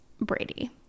Brady